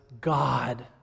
God